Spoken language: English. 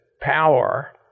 power